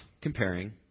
comparing